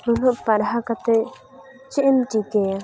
ᱩᱱᱟᱹᱜ ᱯᱟᱲᱦᱟᱣ ᱠᱟᱛᱮᱫ ᱪᱮᱫ ᱮᱢ ᱪᱤᱠᱟᱹᱭᱟ